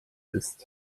ist